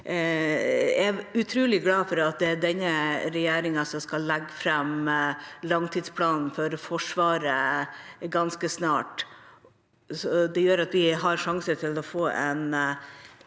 Jeg er utrolig glad for at det er denne regjeringa som skal legge fram langtidsplanen for Forsvaret ganske snart. Det gjør at vi har en sjanse til å få en